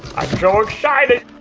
so excited!